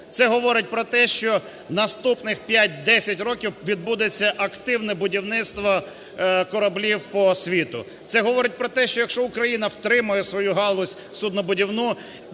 Це говорить про те, що наступні 5-10 років відбудеться активне будівництво кораблів по світу. Це говорить про те, що якщо Україна втримає свою галузь суднобудівну,